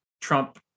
trump